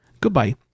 goodbye